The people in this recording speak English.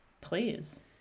Please